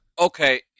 Okay